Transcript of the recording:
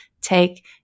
take